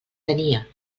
tenia